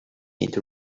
need